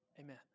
Amen